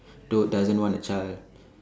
don't doesn't want a child